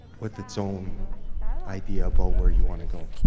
with its own idea about where you want to go.